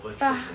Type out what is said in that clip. but